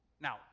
now